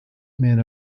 man